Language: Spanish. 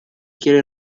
quiere